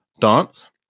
dance